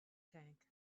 tank